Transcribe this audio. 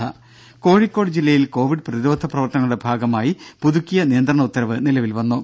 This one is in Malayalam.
രും കോഴിക്കോട് ജില്ലയിൽ കോവിഡ് പ്രതിരോധ പ്രവർത്തനങ്ങളുടെ ഭാഗമായി പുതുക്കിയ നിയന്ത്രണ ഉത്തരവ് നിലവിൽ വന്നു